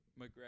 McGregor